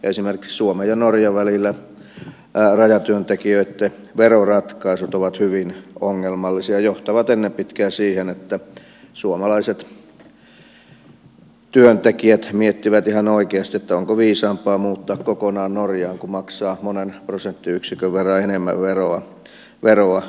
esimerkiksi suomen ja norjan välillä rajatyöntekijöitten veroratkaisut ovat hyvin ongelmallisia ja ne johtavat ennen pitkää siihen että suomalaiset työntekijät miettivät ihan oikeasti onko viisaampaa muuttaa kokonaan norjaan kuin maksaa monen prosenttiyksikön verran enemmän veroa suomessa